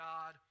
God